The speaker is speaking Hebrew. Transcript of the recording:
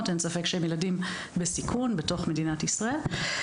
ואין ספק שהם ילדים בסיכון בתוך מדינת ישראל.